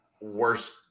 worst